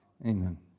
Amen